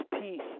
peace